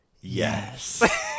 Yes